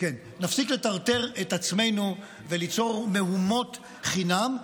את עצמנו וליצור מהומות חינם.